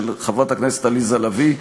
של חברת הכנסת עליזה לביא,